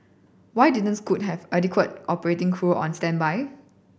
why didn't Scoot have adequate operating crew on standby